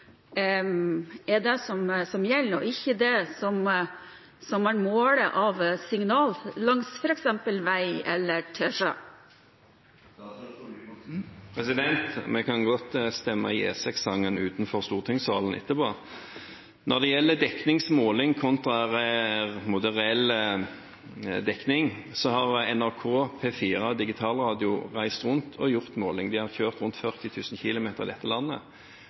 dekningsmodellen er det som gjelder, ikke det man måler av signaler, f.eks. langs vei eller til sjøs? Vi kan godt stemme i E6-sangen utenfor stortingssalen etterpå. Når det gjelder dekningsmåling kontra areell dekning, har NRK, P4, Digitalradio reist rundt og gjort målinger. De har kjørt rundt 40 000 km i dette landet.